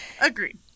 agreed